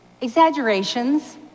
exaggerations